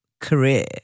career